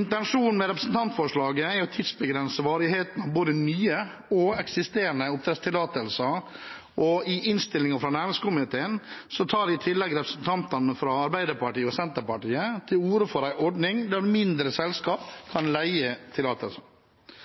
Intensjonen med representantforslaget er å tidsbegrense varigheten av både nye og eksisterende oppdrettstillatelser. I innstillingen fra næringskomiteen tar i tillegg representantene fra Arbeiderpartiet og Senterpartiet til orde for en ordning der mindre selskap kan leie